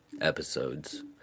episodes